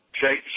shake